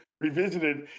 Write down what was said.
revisited